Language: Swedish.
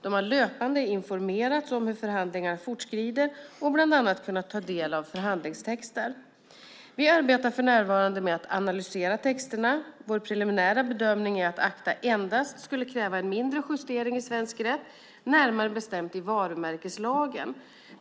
De har löpande informerats om hur förhandlingarna fortskrider och bland annat kunnat ta del av förhandlingstexter. Vi arbetar för närvarande med att analysera texterna. Vår preliminära bedömning är att ACTA endast skulle kräva en mindre justering i svensk rätt, närmare bestämt i varumärkeslagen.